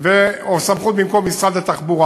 או סמכות במקום משרד התחבורה,